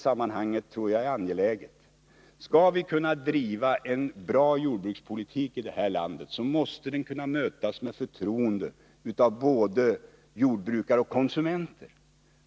Slutligen: Skall vi kunna föra en bra jordbrukspolitik i det här landet, måste den kunna mötas med förtroende av både jordbrukare och konsumenter.